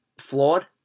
flawed